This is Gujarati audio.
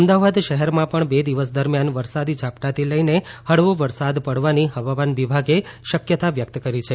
અમદાવાદ શહેરમાં પણ બે દિવસ દરમિયાન વરસાદી ઝાપટાથી લઇને હળવો વરસાદ પડવાની હવામાન વિભાગે શક્યતા વ્યક્ત કરી છે